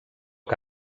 que